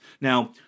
Now